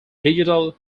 digital